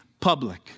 public